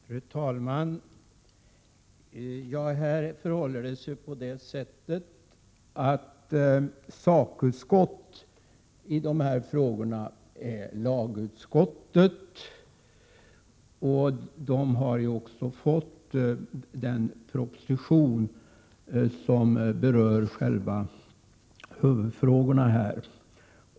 Fru talman! Det förhåller sig på det sättet att sakutskott i dessa frågor är lagutskottet. Lagutskottet har också fått den proposition som berör själva huvudfrågorna här.